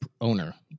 owner